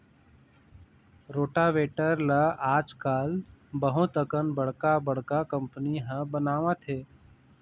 rotavator ल आजकाल बहुत अकन बड़का बड़का कंपनी ह बनावत हे